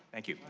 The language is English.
thank you.